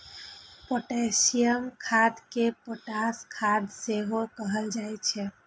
potassium खाद कें potash खाद सेहो कहल जाइ छै